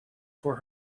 for